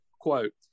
Quote